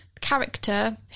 character